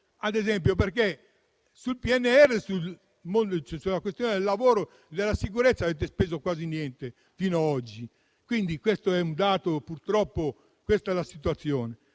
importante, perché sul PNRR, sulla questione del lavoro e della sicurezza, avete speso quasi niente fino a oggi: questo è un dato e purtroppo questa è la situazione.